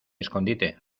escondite